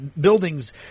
buildings